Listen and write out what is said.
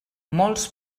molts